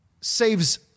Saves